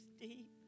deep